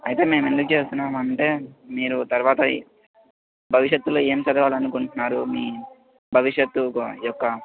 అయితే మేము ఎందుకు చేస్తున్నామంటే మీరు తరవాత భవిష్యత్తులో ఏం చదవాలని అనుకుంటున్నారు మీ భవిష్యత్తు యొక్క